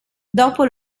dopo